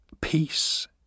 Peace